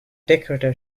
decorator